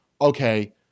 Okay